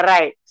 Right